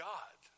God